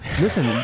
Listen